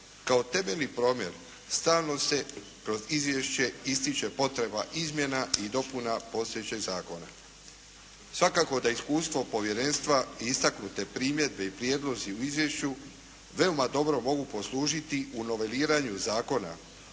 kao temeljni promjer stalno se kroz izvješće ističe potreba izmjena i dopuna postojećeg zakona. Svakako da iskustvo povjerenstva i istaknute primjedbe i prijedlozi u izvješću veoma dobro mogu poslužiti u noveliranju zakona